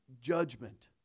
judgment